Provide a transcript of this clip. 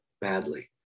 badly